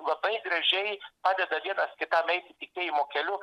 labai gražiai padeda vienas kitam eiti tikėjimo keliu